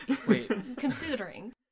Considering